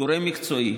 כגורם מקצועי,